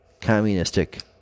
communistic